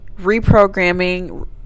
reprogramming